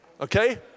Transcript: Okay